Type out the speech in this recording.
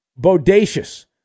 bodacious